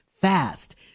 fast